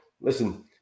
listen